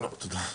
לא, תודה.